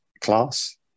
class